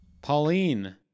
Pauline